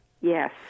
Yes